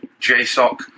JSOC